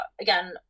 again